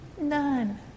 none